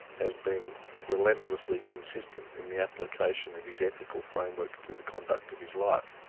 has been relentlessly consistent in the application of his ethical framework to the conduct of his life.